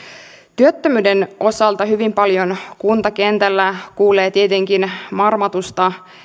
työttömyyden osalta hyvin paljon kuntakentällä kuulee tietenkin marmatusta